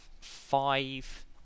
five